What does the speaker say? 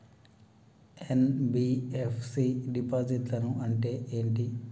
NBFC డిపాజిట్లను అంటే ఏంటి?